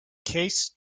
case